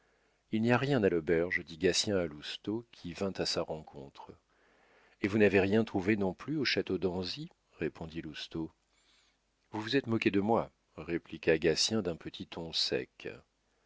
il n'y a rien à l'auberge dit gatien à lousteau qui vint à sa rencontre et vous n'avez rien trouvé non plus au château d'anzy répondit lousteau vous vous êtes moqués de moi répliqua gatien d'un petit ton sec